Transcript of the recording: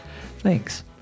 thanks